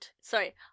sorry